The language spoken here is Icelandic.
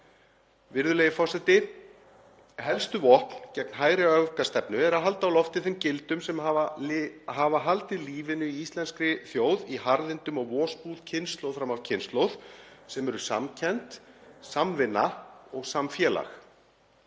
Virðulegi forseti. Helstu vopn gegn hægri öfgastefnu er að halda á lofti þeim gildum sem hafa haldið lífinu í íslenskri þjóð í harðindum og vosbúð kynslóð fram af kynslóð, sem eru samkennd, samvinna og samfélag.